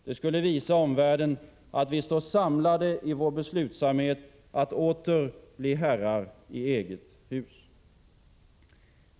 Det skulle visa omvärlden, att vi står samlade i vår beslutsamhet att åter bli herrar i eget hus.